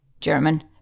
German